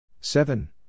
seven